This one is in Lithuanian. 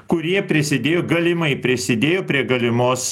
kurie prisidėjo galimai prisidėjo prie galimos